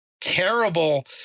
terrible